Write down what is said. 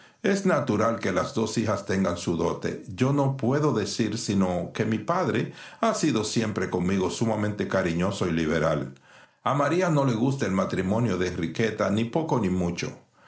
es natural que las dos hijas tengan su dote yo no puedo decir sino que mi padre ha sido siempre conmigo sumamente cariñoso y liberal a maría no le gusta el matrimonio de enriqueta ni poco ni mucho